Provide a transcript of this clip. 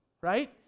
right